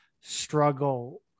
struggle